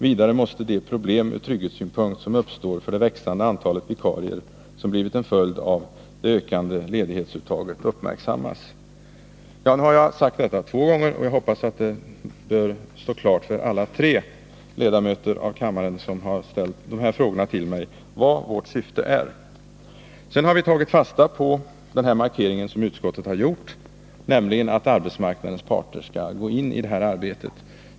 Vidare måste de problem ur trygghetssynpunkt som uppstår för det växande antalet vikarier och det ökande ledighetsuttaget uppmärksammas. Därmed har jag sagt detta två gånger, och jag hoppas att det skall stå klart för samtliga tre ledamöter av kammaren som har frågat mig vad vårt syfte är. Sedan har vi tagit fasta på en markering som utskottet har gjort, nämligen att arbetsmarknadens parter skall gå in i det här arbetet.